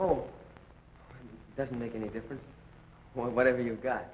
all doesn't make any difference whatever you've got